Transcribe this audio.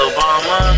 Obama